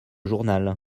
journal